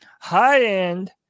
High-end